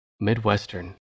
Midwestern